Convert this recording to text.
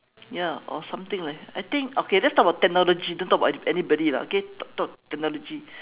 ya or something like I think okay let's talk about technology don't talk about any anybody lah okay talk talk technology